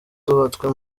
zubatswe